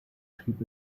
schrieb